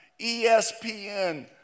ESPN